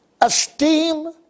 Esteem